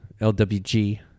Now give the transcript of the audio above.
LWG